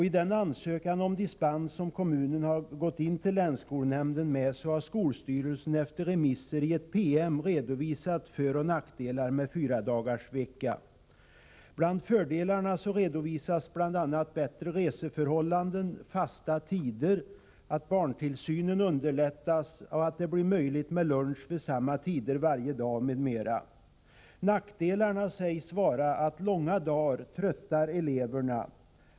I den ansökan om dispens som kommunen har gått in till länsskolnämnden med har skolstyrelsen efter remisser i en PM redovisat föroch nackdelarna med fyradagarsvecka. Bland fördelarna nämns bl.a. bättre reseförhållanden, fasta tider, det faktum att barntillsynen underlättas och att det blir möjligt med lunch vid samma tid varje dag. Nackdelarna sägs för det första vara att långa dagar tröttar eleverna.